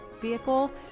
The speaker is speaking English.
vehicle